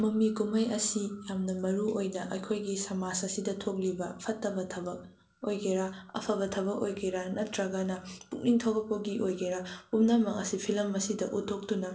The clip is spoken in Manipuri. ꯃꯃꯤ ꯀꯨꯝꯍꯩ ꯑꯁꯤ ꯌꯥꯝꯅ ꯃꯔꯨꯑꯣꯏꯅ ꯑꯩꯈꯣꯏꯒꯤ ꯁꯃꯥꯖ ꯑꯁꯤꯗ ꯊꯣꯛꯂꯤꯕ ꯐꯠꯇꯕ ꯊꯕꯛ ꯑꯣꯏꯒꯦꯔꯥ ꯑꯐꯕ ꯊꯕꯛ ꯑꯣꯏꯒꯦꯔꯥ ꯅꯠꯇ꯭ꯔꯒꯅ ꯄꯨꯛꯅꯤꯡ ꯊꯧꯒꯠꯄꯒꯤ ꯑꯣꯏꯒꯦꯔꯥ ꯄꯨꯝꯅꯃꯛ ꯑꯁꯤ ꯐꯤꯂꯝ ꯑꯁꯤꯗ ꯎꯠꯊꯣꯛꯇꯨꯅ